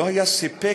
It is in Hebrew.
לא היה לנו סיפק,